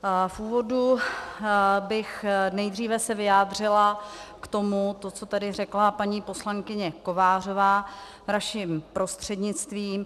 V úvodu bych se nejdříve vyjádřila k tomu, co tady řekla paní poslankyně Kovářová, vaším prostřednictvím.